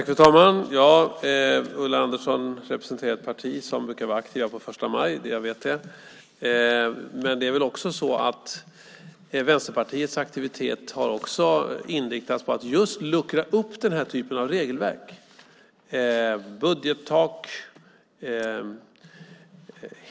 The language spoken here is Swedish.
Fru talman! Ulla Andersson representerar ett parti som brukar vara aktivt på första maj. Jag vet det. Men Vänsterpartiets aktivitet har också inriktats på att luckra upp den här typen av regelverk. Det handlar till exempel om budgettak.